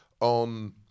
on